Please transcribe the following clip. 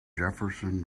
jefferson